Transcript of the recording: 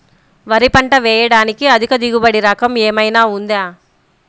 వరి పంట వేయటానికి అధిక దిగుబడి రకం ఏమయినా ఉందా?